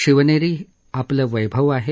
शिवनेरी आपलं वैभव आहे